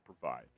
provide